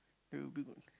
it will be good